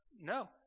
no